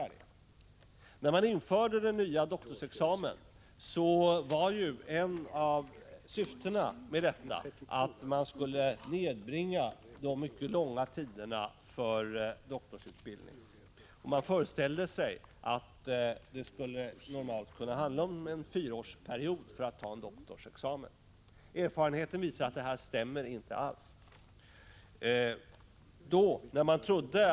Ett av syftena när man införde den nya doktorsexamen var att nedbringa doktorandernas långa utbildningstider. Man föreställde sig då att doktoranderna i de flesta fall skulle kunna förvärva sin doktorstitel på fyra fem år — erfarenheten visar att detta inte alls stämmer.